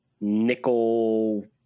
nickel